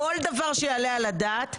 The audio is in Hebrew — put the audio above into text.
כל דבר שיעלה על הדעת,